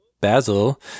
Basil